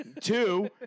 two